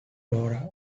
flora